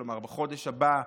כלומר בחודש הבא,